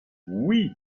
oui